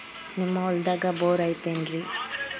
ನಿಮ್ಮ ಹೊಲ್ದಾಗ ಬೋರ್ ಐತೇನ್ರಿ?